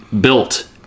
built